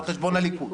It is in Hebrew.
על חשבון הליכוד.